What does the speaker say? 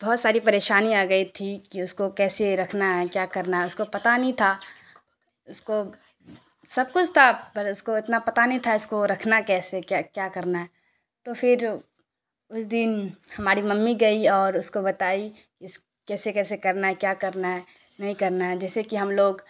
بہت ساری پریشانی آ گئی تھی کہ اس کو کیسے رکھنا ہے کیا کرنا ہے اس کو پتہ نہیں تھا اس کو سب کچھ تھا پر اس کو اتنا پتہ نہیں تھا اس کو رکھنا کیسے ہے کیا کیا کرنا ہے تو پھر اس دن ہماری ممی گئی اور اس کو بتائی اس کیسے کیسے کرنا کیا کرنا ہے نہیں کرنا ہے جیسے کہ ہم لوگ